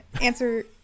answer